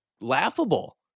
laughable